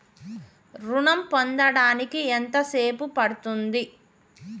ఋణం పొందడానికి ఎంత సేపు పడ్తుంది?